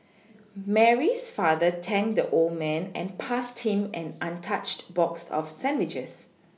Mary's father thanked the old man and passed him an untouched box of sandwiches